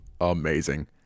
amazing